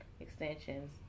extensions